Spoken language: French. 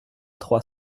trois